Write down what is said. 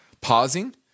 pausing